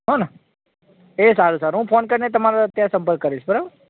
હો ને એ સારું સારું હું ફોન કરીને તમારે ત્યાં સંપર્ક કરીશ બરાબર